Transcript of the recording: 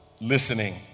listening